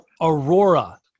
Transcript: Aurora